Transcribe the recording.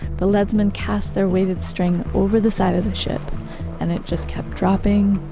the leadsman cast their weighted string over the side of the ship and it just kept dropping,